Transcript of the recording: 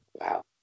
Wow